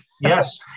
Yes